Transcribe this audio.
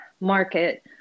market